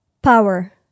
Power